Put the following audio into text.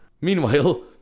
Meanwhile